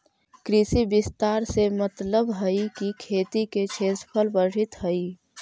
कृषि विस्तार से मतलबहई कि खेती के क्षेत्रफल बढ़ित हई